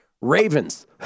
Ravens